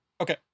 Okay